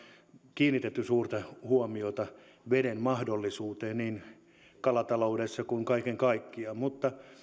kiinnitetty suurta huomiota veden mahdollisuuksiin niin kalataloudessa kuin kaiken kaikkiaan mutta